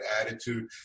attitude